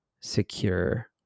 secure